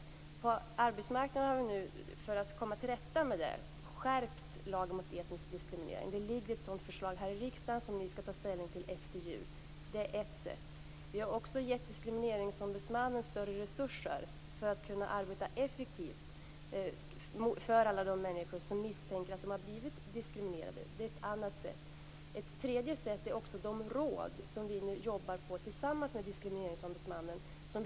När det gäller arbetsmarknaden har vi nu, för att komma till rätta med detta, skärpt lagen mot etnisk diskriminering. Det ligger ett sådant förslag här i riksdagen som ni skall ta ställning till efter jul. Det är ett sätt. Vi har också gett Diskrimineringsombudsmannen större resurser för att man skall kunna arbeta effektivt för alla de människor som misstänker att de har blivit diskriminerade. Det är ett annat sätt. Ett tredje sätt är de råd som vi nu jobbar på tillsammans med Diskrimineringsombudsmannen.